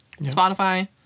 Spotify